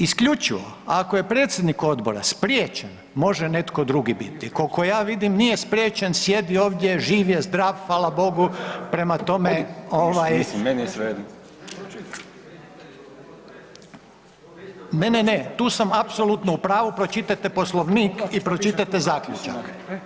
Isključivo ako je predsjednik Odbora spriječen može netko drugi biti, koliko ja vidim, nije spriječen, sjedi ovdje, živ je, zdrav, hvala Bogu, prema tome, ... [[Upadica se ne čuje.]] [[Upadica: Mislim, meni je svejedno.]] Ne, ne, ne, tu sam apsolutno u pravu, pročitajte Poslovnik i pročitajte Zaključak.